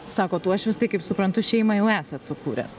sakot uošvis tai kaip suprantu šeimą jau esat sukūręs